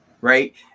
right